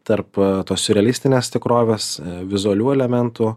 tarp tos siurrealistinės tikrovės vizualių elementų